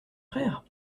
frère